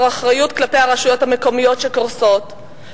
אחריות כלפי הרשויות המקומיות שקורסות,